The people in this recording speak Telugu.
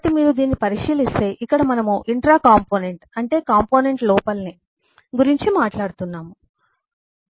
కాబట్టి మీరు దీనిని పరిశీలిస్తే ఇక్కడ మనము ఇంట్రాకాంపోనెంట్ అంటే కాంపోనెంట్ లోపలనే గురించి మాట్లాడుతున్నాము